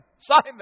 Simon